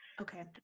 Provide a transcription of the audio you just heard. Okay